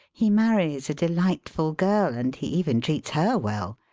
he marries a delightful girl, and he even treats her well.